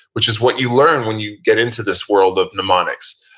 which is what you learn when you get into this world of mnemonics,